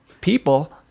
people